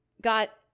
got